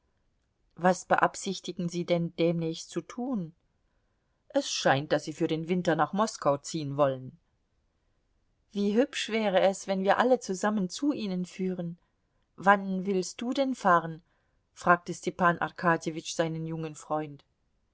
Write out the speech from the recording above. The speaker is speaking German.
was beabsichtigen sie denn demnächst zu tun es scheint daß sie für den winter nach moskau ziehen wollen wie hübsch wäre es wenn wir alle zusammen zu ihnen führen wann willst du denn fahren fragte stepan arkadjewitsch seinen jungen freund